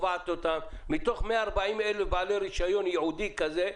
מתוך 140,000 בעלי רישיון ייעודי כזה,